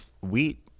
wheat